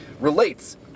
relates